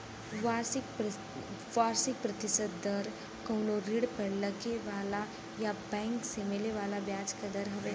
वार्षिक प्रतिशत दर कउनो ऋण पर लगे वाला या बैंक से मिले ब्याज क दर हउवे